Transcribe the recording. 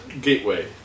gateway